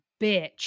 bitch